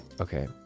Okay